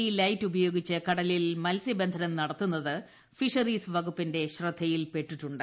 D light ഉപയോഗിച്ച് കടലിൽ മത്സ്യബന്ധനം നടത്തുന്നത് ഫിഷറീസ് വകുപ്പിന്റെ ശ്രദ്ധയിൽപ്പെട്ടിട്ടുണ്ട്